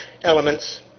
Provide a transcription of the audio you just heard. elements